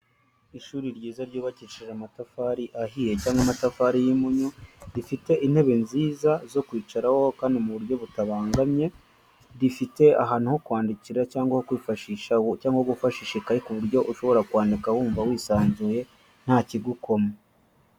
Ishuri ryiza ryubakishije amatafari ahiye, cyangwa amatafari y'impunyu, rifite intebe nziza zo kwicaraho kandi mu buryo butabangamye, rifite ahantu ho kwandikira cyangwa kwifashisha, cyangwa gufashisha ikayi ku buryo ushobora kwandika wumva wisanzuye ntakigukoma.